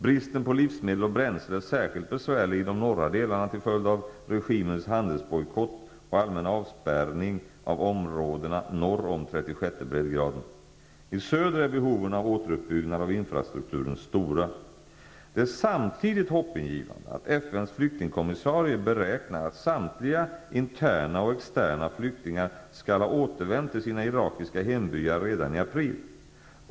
Bristen på livsmedel och bränsle är särskilt besvärlig i de norra delarna till följd av regimens handelsbojkott och allmänna avspärrning av områdena norr om 36:e breddgraden. I söder är behoven av återuppbyggnad av infrastrukturen stora. Det är samtidigt hoppingivande att FN:s flyktingkommissarie beräknar att samtliga interna och externa flyktingar skall ha återvänt till sina irakiska hembyar redan i april.